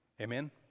Amen